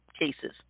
cases